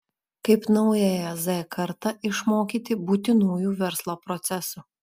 kaip naująją z kartą išmokyti būtinųjų verslo procesų